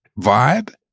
vibe